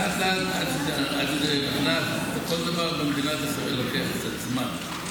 לאט-לאט, כל דבר במדינת ישראל לוקח קצת זמן.